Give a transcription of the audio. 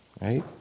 Right